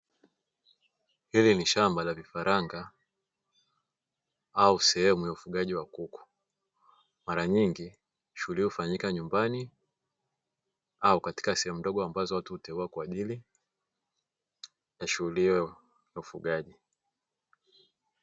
Hili ni shamba la vifaranga au sehemu ya ufugaji wa kuku, mara nyingi shughuli hii hufanyika nyumbani au katika sehemu ndogo ambazo watu huteua kwa ajili ya shughuli hiyo ya ufugaji.